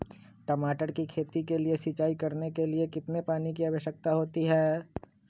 टमाटर की खेती के लिए सिंचाई करने के लिए कितने पानी की आवश्यकता होती है?